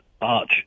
arch